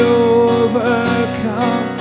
overcome